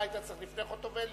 אתה הייתי צריך לפני חוטובלי?